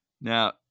Now